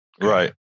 Right